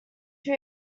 two